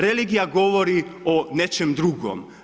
Religija govori o nečim drugom.